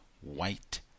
white